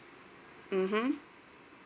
mmhmm